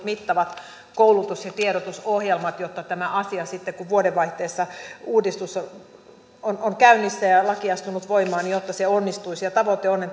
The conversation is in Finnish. mittavat koulutus ja tiedotusohjelmat jotta tämä asia sitten kun vuodenvaihteessa uudistus on on käynnissä ja laki astunut voimaan onnistuisi tavoite on